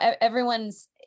everyone's